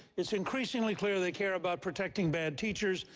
it's increasingly clear they care about protecting bad teachers.